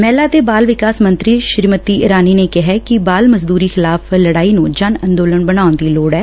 ਮਹਿਲਾ ਤੇ ਬਾਲ ਵਿਕਾਸ ਮੰਤਰੀ ਸਮ੍ਰਿਤੀ ਇਰਾਨੀ ਨੇ ਕਿਹੈ ਕਿ ਬਾਲ ਮਜ਼ਦੁਰੀ ਖਿਲਾਫ਼ ਲਤਾਈ ਨੂੰ ਜਨ ਅੰਦੋਲਨ ਬਣਾਉਣ ਦੀ ਲੋੜ ਐ